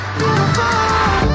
beautiful